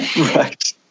Right